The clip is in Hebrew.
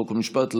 חוק ומשפט,